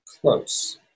close